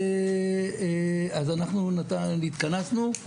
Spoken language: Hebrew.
אז אנחנו התכנסנו,